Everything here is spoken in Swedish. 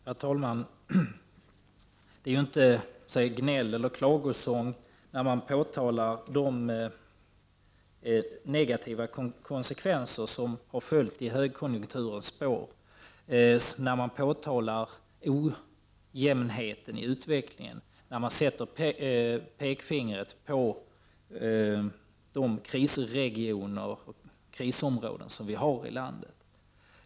Herr talman! Det är inte gnäll eller klagosånger när man påtalar de negativa förändringar som följt i högkonjunkturens spår, när man påtalar ojämnheten i utvecklingen eller sätter pekfingret på de krisområden som vi har i landet.